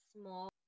Small